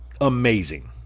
amazing